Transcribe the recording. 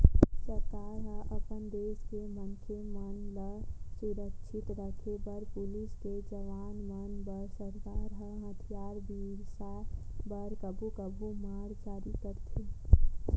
सरकार ह अपन देस के मनखे मन ल सुरक्छित रखे बर पुलिस के जवान मन बर सरकार ह हथियार बिसाय बर कभू कभू बांड जारी करथे